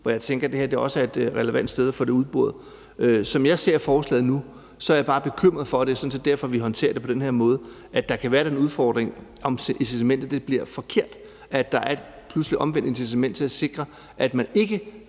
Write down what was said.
og jeg tænker, at det også er et relevant sted at få det her udboret. Som jeg ser forslaget nu, er jeg bare bekymret for, og det er sådan set derfor, vi håndterer det på den her måde, at der kan være den udfordring, om incitamentet bliver forkert, altså at der pludselig er et omvendt incitament til at sikre, at man ikke